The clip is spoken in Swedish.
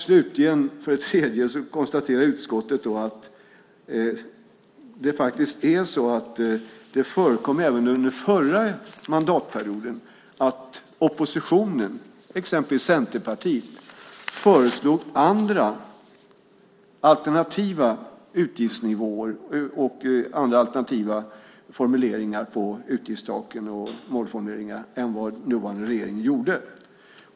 Slutligen konstaterar utskottet för det tredje att det faktiskt förekom även under den förra mandatperioden att oppositionen, exempelvis Centerpartiet, föreslog andra, alternativa utgiftsnivåer och andra, alternativa formuleringar på utgiftstaken och målformuleringar än vad dåvarande regering gjorde.